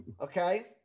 okay